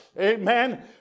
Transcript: Amen